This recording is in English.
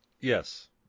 Yes